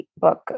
book